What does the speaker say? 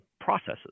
processes